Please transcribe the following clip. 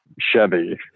Chevy